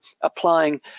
applying